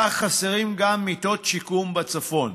כך חסרות גם מיטות שיקום בצפון.